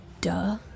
Duh